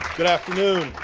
good afternoon.